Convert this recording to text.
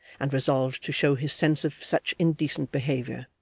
and resolved to show his sense of such indecent behaviour.